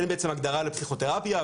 בעצם אין הגדרה לפסיכותרפיה,